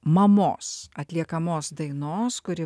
mamos atliekamos dainos kuri